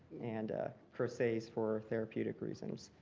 and crochets for therapeutic reasons.